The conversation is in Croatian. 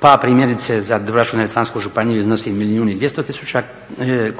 Pa primjerice za Dubrovačko-neretvansku županiju iznosu milijun i 200 tisuća